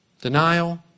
Denial